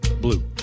blue